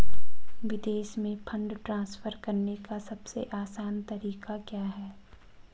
विदेश में fund transfer करने का सबसे आसान तरीका क्या है?